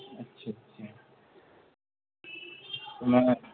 اچھا اچھا تو میں